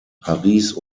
paris